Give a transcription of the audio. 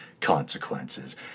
consequences